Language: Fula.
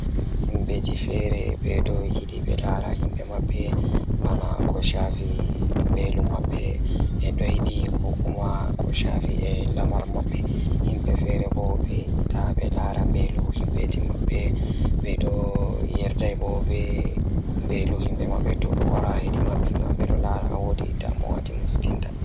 Miɗo waawi jannooɗe e ɓurnde maa, ngam miɗo waɗa jannooji ko njamaaji ɗum fiyaangu. Njoɓdi ngal, Miɗo waɗa faama fiyaangu ngam jokkondirde rewɓe ngal e ndiyam ko hoore ngal fiyaangu ngal.